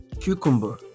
Cucumber